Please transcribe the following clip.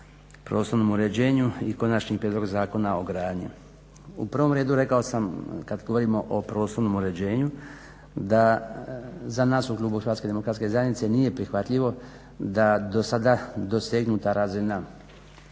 prostornom uređenju i Konačni prijedlog zakona o gradnji. U prvom redu rekao sam kad govorimo o prostornom uređenju da za nas u klubu Hrvatske demokratske zajednice nije prihvatljivo da do sada dosegnuta razina